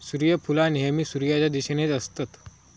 सुर्यफुला नेहमी सुर्याच्या दिशेनेच असतत